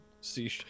see